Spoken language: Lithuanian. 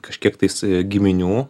kažkiek tais giminių